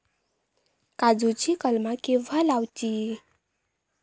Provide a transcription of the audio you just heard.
काजुची कलमा केव्हा लावची?